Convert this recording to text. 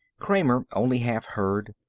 kramer only half heard.